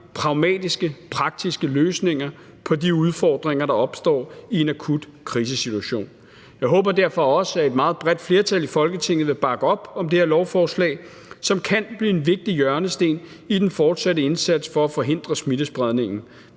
pragmatiske, praktiske løsninger på de udfordringer, der opstår i en akut krisesituation. Jeg håber derfor også, at et meget bredt flertal i Folketinget vil bakke op om det her lovforslag, som kan blive en vigtig hjørnesten i den fortsatte indsats for at forhindre smittespredningen.